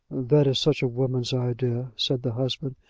that is such a woman's idea, said the husband.